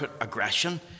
aggression